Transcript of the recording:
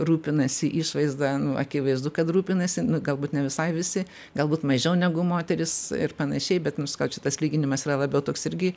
rūpinasi išvaizda akivaizdu kad rūpinasi galbūt ne visai visi galbūt mažiau negu moterys ir panašiai bet nu sakau čia tas lyginimas yra labiau toks irgi